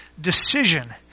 decision